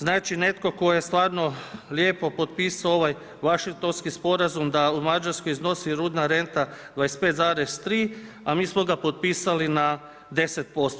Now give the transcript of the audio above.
Znači netko tko je stvarno lijepo potpisao ovaj Washingtonski sporazum da u Mađarskoj iznosi rudna renta 25,3 a mi smo ga potpisali na 10%